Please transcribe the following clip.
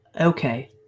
Okay